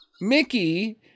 Mickey